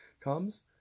comes